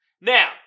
Now